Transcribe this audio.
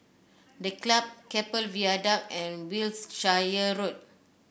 The Club Keppel Viaduct and Wiltshire Road